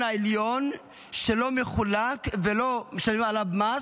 העליון שלא מחולקים ולא משלמים עליהם מס,